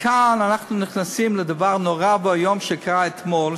וכאן אנחנו נכנסים לדבר נורא ואיום שקרה אתמול,